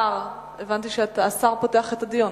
הבנתי שהשר פותח את הדיון.